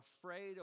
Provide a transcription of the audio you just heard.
afraid